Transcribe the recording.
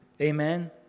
Amen